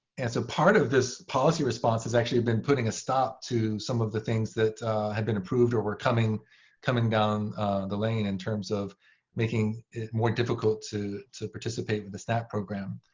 and so part of this policy response has actually been putting a stop to some of the things that have been approved or coming coming down the lane in terms of making it more difficult to to participate with the snap program.